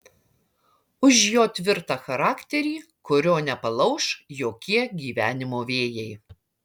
už jo tvirtą charakterį kurio nepalauš jokie gyvenimo vėjai